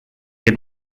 are